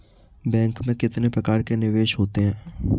Bank में कितने प्रकार के निवेश होते हैं?